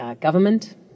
government